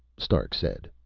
stark said.